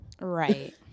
right